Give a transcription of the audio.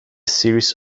series